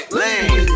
lean